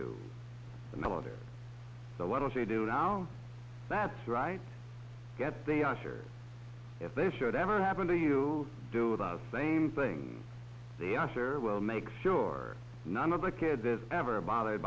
do the military so why don't they do now that's right yet they are sure if they should ever happen to you do the same thing they are sure will make sure none of the kids is ever bothered